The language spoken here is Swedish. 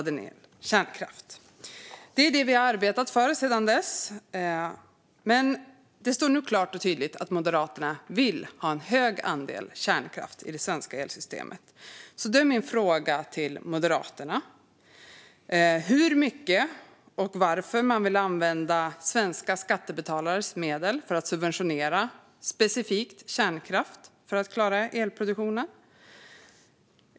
Det är detta vi har arbetat för sedan dess, men det står nu klart att Moderaterna vill ha en hög andel kärnkraft i det svenska elsystemet. Jag vill därför fråga Moderaterna: Hur mycket och varför vill man använda svenska skattebetalares medel för att subventionera specifikt kärnkraft för att klara elproduktionen?